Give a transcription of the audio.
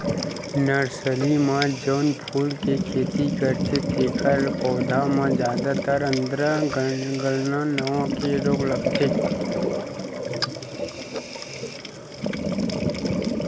nursery म जउन फूल के खेती करथे तेखर पउधा म जादातर आद्र गलन नांव के रोग लगथे